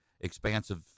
expansive